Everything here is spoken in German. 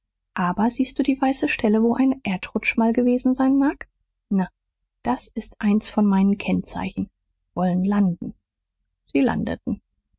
aber siehst du die weiße stelle wo ein erdrutsch mal gewesen sein mag na das ist eins von meinen kennzeichen wollen landen sie landeten